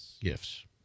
gifts